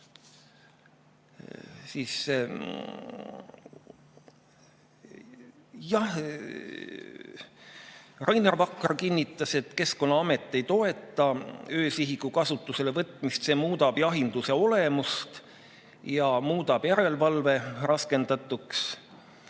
Rainer Vakra kinnitas, et Keskkonnaamet ei toeta öösihiku kasutusele võtmist, sest see muudab jahinduse olemust ja muudab järelevalve raskendatuks.